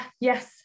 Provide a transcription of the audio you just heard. yes